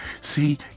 see